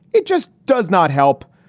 it just does not help.